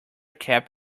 kept